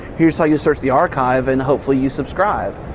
here's how you search the archive and hopefully you subscribe,